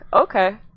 Okay